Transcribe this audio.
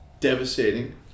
Devastating